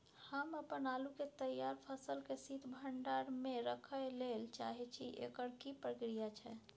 हम अपन आलू के तैयार फसल के शीत भंडार में रखै लेल चाहे छी, एकर की प्रक्रिया छै?